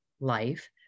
life